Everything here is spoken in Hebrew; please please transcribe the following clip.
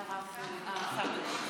חבר הכנסת אוסאמה סעדי וכו' וכו',